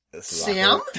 Sam